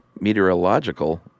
meteorological